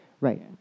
Right